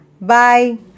bye